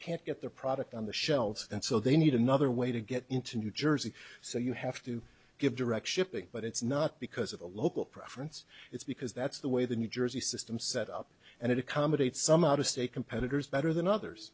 can't get their product on the shelves and so they need another way to get into new jersey so you have to give direct shipping but it's not because of a local preference it's because that's the way the new jersey system set up and it accommodates some out of state competitors better than others